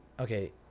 okay